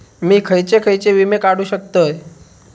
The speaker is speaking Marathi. मी खयचे खयचे विमे काढू शकतय?